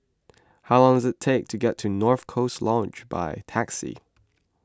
how long does it take to get to North Coast Lodge by taxi